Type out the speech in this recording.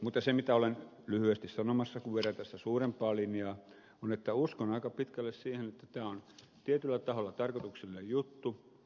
mutta se mitä olen lyhyesti sanomassa kun vedän tässä suurempaa linjaa on että uskon aika pitkälle siihen että tämä on tietyllä taholla tarkoituksellinen juttu